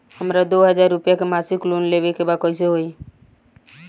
हमरा दो हज़ार रुपया के मासिक लोन लेवे के बा कइसे होई?